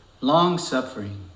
long-suffering